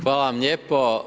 Hvala vam lijepo.